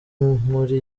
muri